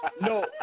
No